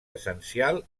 essencial